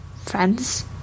friends